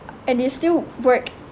and they still work